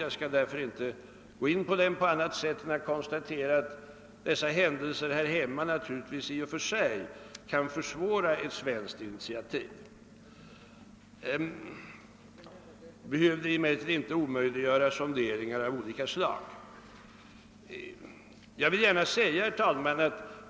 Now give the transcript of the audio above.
Jag skall därför inte ingå på den saken på annat sätt än att jag konstaterar att dessa händelser här hemma naturligtvis kan försvåra ett svenskt initiativ. Detta behöver emellertid inte omöjliggöra sonderingar av olika slag.